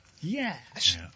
Yes